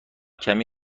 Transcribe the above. کمی